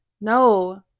No